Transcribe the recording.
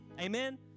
amen